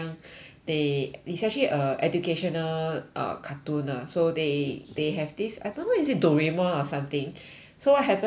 they it's actually a educational uh cartoon lah so they they have this I don't know is it doraemon or something so what happened is right